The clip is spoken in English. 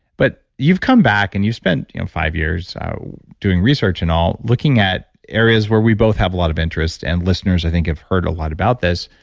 but you've come back and you've spent five years doing research and all, looking at areas where we both have a lot of interest and listeners, i think have heard a lot about this.